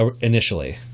initially